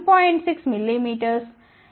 6 మిమీ ఈ 1